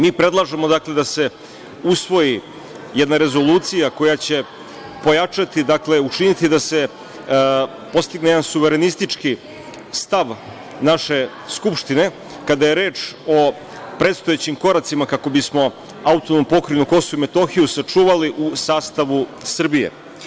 Mi predlažemo da se usvoji jedna rezolucija koja je pojačati, učiniti da se postigne jedan suverenistički stav naše Skupštine, kada je reč o predstojećim koracima kako bismo AP Kosovo i Metohiju sačuvali u sastavu Srbije.